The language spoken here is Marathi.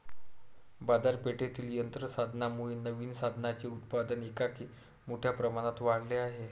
बाजारपेठेतील यंत्र साधनांमुळे नवीन साधनांचे उत्पादन एकाएकी मोठ्या प्रमाणावर वाढले आहे